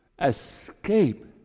Escape